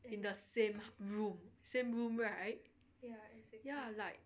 in the same room same room right ya like